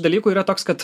dalykų yra toks kad